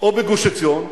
או בגוש-עציון,